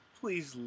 please